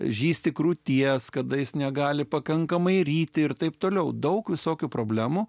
žįsti krūties kadais negali pakankamai ryti ir taip toliau daug visokių problemų